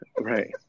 Right